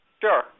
Sure